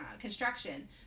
construction